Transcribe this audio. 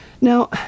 Now